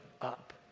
up